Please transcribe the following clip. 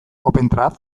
opentrad